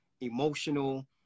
emotional